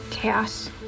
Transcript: chaos